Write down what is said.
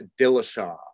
Dillashaw